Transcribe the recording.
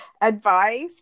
advice